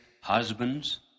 husbands